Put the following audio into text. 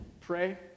Pray